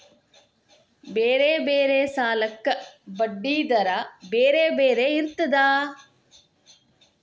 ಬೇರೆ ಬೇರೆ ಸಾಲಕ್ಕ ಬಡ್ಡಿ ದರಾ ಬೇರೆ ಬೇರೆ ಇರ್ತದಾ?